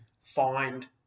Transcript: find